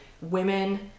women